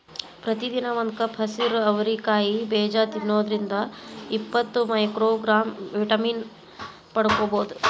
ಪ್ರತಿದಿನ ಒಂದು ಕಪ್ ಹಸಿರು ಅವರಿ ಕಾಯಿ ಬೇಜ ತಿನ್ನೋದ್ರಿಂದ ಇಪ್ಪತ್ತು ಮೈಕ್ರೋಗ್ರಾಂ ವಿಟಮಿನ್ ಪಡ್ಕೋಬೋದು